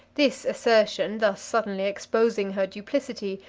this assertion, thus suddenly exposing her duplicity,